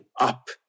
up